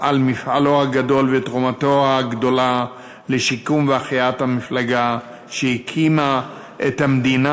על מפעלו הגדול ותרומתו הגדולה לשיקום והחייאת המפלגה שהקימה את המדינה,